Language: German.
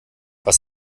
was